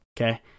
Okay